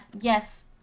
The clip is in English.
yes